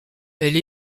elle